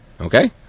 okay